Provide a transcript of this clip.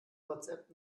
whatsapp